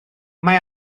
mae